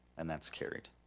and that's carried.